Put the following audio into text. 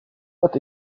but